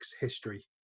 history